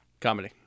Comedy